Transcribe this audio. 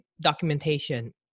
documentation